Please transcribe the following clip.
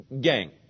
gang